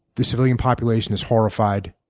the civilian population is horrified.